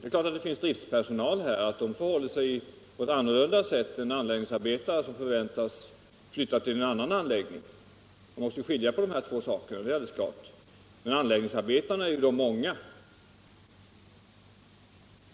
Det är klart att det finns driftspersonal och att det förhåller sig på ett annat sätt med den än med anläggningsarbetare som förväntas flytta till annat arbete. Det är givet att man måste skilja på de här två grupperna, men anläggningsarbetarna är ju de många.